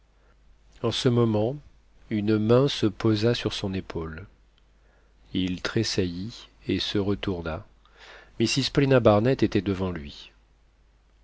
en ce moment une main se posa sur son épaule il tressaillit et se retourna mrs paulina barnett était devant lui